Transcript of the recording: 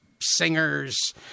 singers